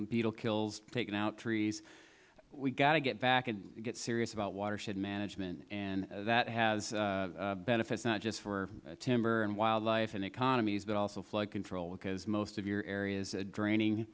beetle kills taken out trees we have got to get back and get serious about watershed management and that has benefits not just for timber and wildlife and economies but also flood control because most of your areas draining